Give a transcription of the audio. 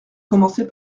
commencez